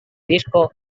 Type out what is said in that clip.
disco